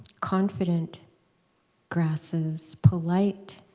confident grasses, polite